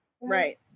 Right